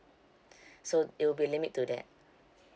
so it will be limit to that